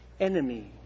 enemy